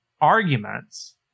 arguments